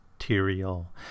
material